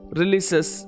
releases